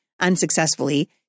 unsuccessfully